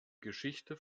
geschichte